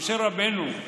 משה רבנו,